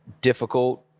difficult